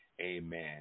Amen